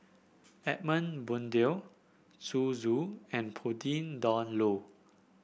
Edmund Blundell Zhu Xu and Pauline Dawn Loh